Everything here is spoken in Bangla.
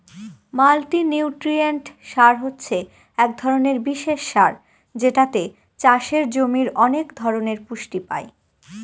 মাল্টিনিউট্রিয়েন্ট সার হছে এক ধরনের বিশেষ সার যেটাতে চাষের জমির অনেক ধরনের পুষ্টি পাই